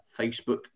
Facebook